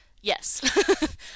Yes